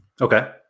Okay